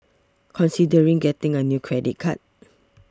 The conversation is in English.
considering getting a new credit card